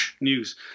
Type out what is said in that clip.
news